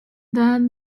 then